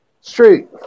straight